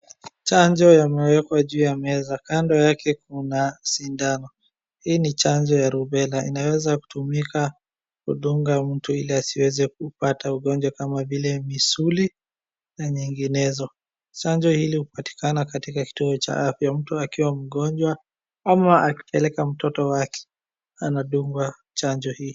Chanjo yamewekwa juu ya meza, kando yake kuna sindano, hii ni chanjo ya rubela inaweza kutumika kudunga mtu ili asiweze kupata ugonjwa kama vile misuli na nyinginezo. Chanjo hili hupatikana katika kituo cha afya mtu akiwa mgonjwa, ama akipelekwa mtoto wake anadungwa chanjo hii.